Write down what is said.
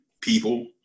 people